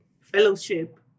fellowship